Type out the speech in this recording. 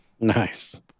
Nice